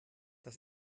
das